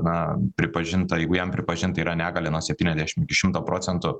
na pripažinta jeigu jam pripažinta yra negalia nuo septyniasdešim iki šimto procentų